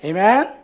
Amen